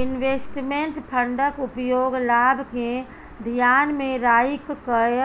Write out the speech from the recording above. investment फंडक उपयोग लाभ केँ धियान मे राइख कय